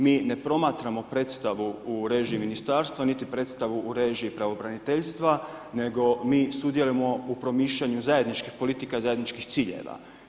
Mi ne promatramo predstavu u režiji ministarstva, niti predstavu u režiji pravobraniteljstva nego mi sudjelujemo u promišljanju zajedničkih politika, zajedničkih ciljeva.